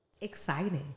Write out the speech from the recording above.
Exciting